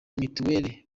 mitiweri